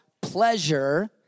pleasure